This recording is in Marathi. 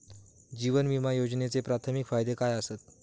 जीवन विमा योजनेचे प्राथमिक फायदे काय आसत?